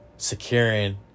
Securing